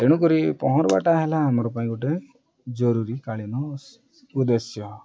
ତେଣୁକରି ପହଁରିବାଟା ହେଲା ଆମର ପାଇଁ ଗୋଟେ ଜରୁରୀକାଳୀନ ଉଦ୍ଦେଶ୍ୟ